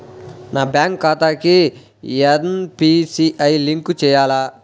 నా బ్యాంక్ ఖాతాకి NPCI link చేయాలా?